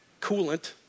coolant